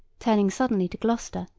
turning suddenly to gloucester,